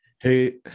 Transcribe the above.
Hey